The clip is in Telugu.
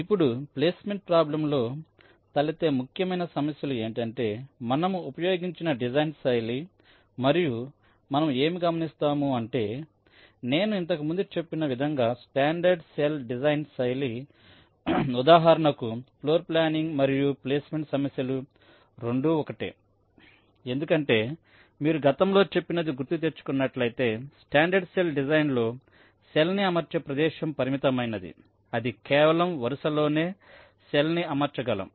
ఇప్పుడు ప్లేస్మెంట్ ప్రాబ్లం లో లో తలెత్తే ముఖ్యమైన సమస్యలు ఏంటంటే మనము ఉపయోగించిన డిజైన్స్ శైలి మరియు మనము ఏమి గమనిస్తాము అంటే నేను ఇంతకు ముందు చెప్పిన విధంగా స్టాండర్డ్ సెల్ డిజైన్ శైలి ఉదాహరణకు ఫ్లోర్ ప్లానింగ్ మరియు ప్లేస్మెంట్ సమస్యలు రెండు ఒక్కటే ఎందుకంటే మీరు గతంలో చెప్పినది గుర్తు తెచ్చుకున్నట్లైతే స్టాండర్డ్ సెల్ డిజైన్ లో సెల్ ని అమర్చే ప్రదేశం పరిమితమైనది అది కేవలం వరుస లోనే సెల్ ని అమర్చ గలం